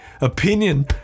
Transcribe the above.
opinion